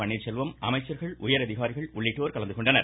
பன்னீர்செல்வம் அமைச்சர்கள் உயர்அதிகாரிகள் உள்ளிட்டோர் கலந்து கொண்டனர்